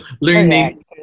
learning